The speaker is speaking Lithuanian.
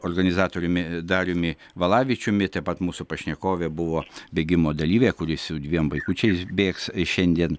organizatoriumi dariumi valavičiumi taip pat mūsų pašnekovė buvo bėgimo dalyvė kuri su dviem vaikučiais bėgs šiandien